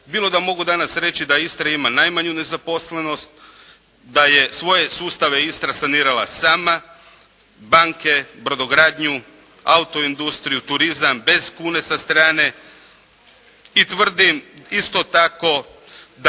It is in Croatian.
bilo da mogu danas reći da Istra ima najmanju nezaposlenost, da je svoje sustave Istra sanirala sama, banke, brodogradnju, auto industriju, turizam bez kune sa strane. I tvrdim isto tako da